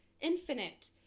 infinite